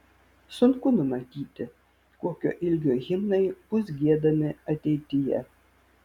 sunku numatyti kokio ilgio himnai bus giedami ateityje